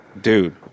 dude